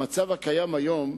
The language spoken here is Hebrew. במצב הקיים היום,